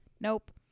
Nope